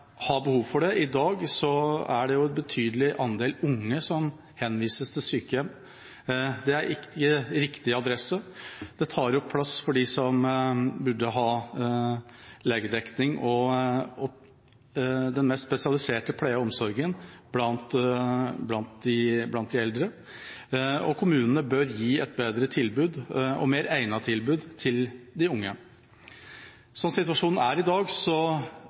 har behov for det. I dag er det en betydelig andel unge som henvises til sykehjem. Det er ikke riktig adresse. Det tar opp plass for dem som burde ha legedekning og den mest spesialiserte pleien og omsorgen blant de eldre, og kommunene bør gi et bedre og mer egnet tilbud til de unge. Slik situasjonen er i dag,